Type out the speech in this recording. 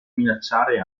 minacciare